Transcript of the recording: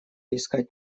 искать